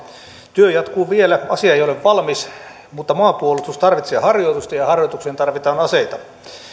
työ jatkuu vielä asia ei ole valmis mutta maanpuolustus tarvitsee harjoitusta ja ja harjoitukseen tarvitaan aseita